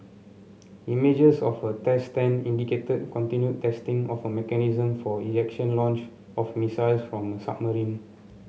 images of a test stand indicated continued testing of a mechanism for ejection launch of missiles from a submarine